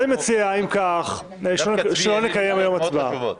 אם כך, אני מציע שלא נקיים היום הצבעה.